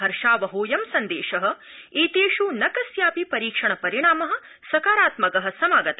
हर्षावहोड़यं सन्देश एतेषु न कस्यापि परीक्षण परिणाम सकारात्मक समागत